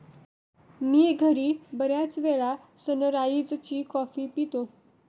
मी घरी बर्याचवेळा सनराइज ची कॉफी पितो